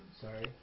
Sorry